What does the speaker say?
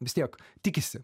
vis tiek tikisi